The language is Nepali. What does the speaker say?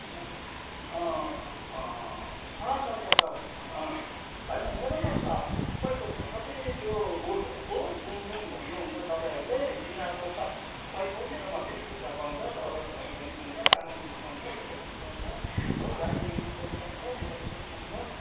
छ छ छ छ होइन मेरोमा सबैको छ सबै त्यो बोर्डहरूको जुन जुन भन्नु हन्छ तपाईँहरूले तिनीहरूको सबैको मेरोमा भेषभूषा पाउँछ दौरा सुरुवाल पनि पाउँछ तामाङको पाउँछ भोटेको पाउँछ हो राई लिम्बूको पाउँछ नेपालीको पाउँछ